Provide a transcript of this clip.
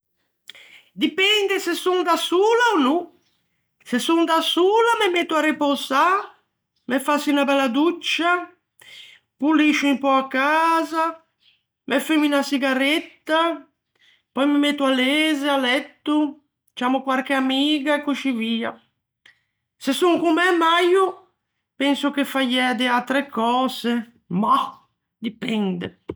Dipende se son da sola ò no. Se son da sola, me metto à repösâ, me fasso unna bella doccia, poliscio un pö a casa, me fummo unna çigaretta, pöi me metto à leze à letto, ciammo quarche amiga, e coscì via. Se son con mæ maio penso che faiæ de atre cöse. Mah, dipende.